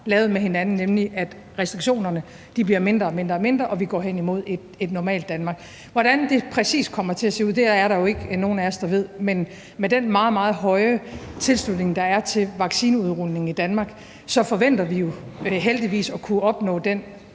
lavet med hinanden, om, at restriktionerne bliver færre og færre, og at vi går hen imod et normalt Danmark. Hvordan det præcis kommer til at se ud, er der jo ikke nogen af os der ved, men med den meget, meget høje tilslutning, der er til vaccineudrulningen i Danmark, forventer vi jo heldigvis at kunne opnå den